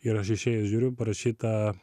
ir aš išėjęs žiūriu parašyta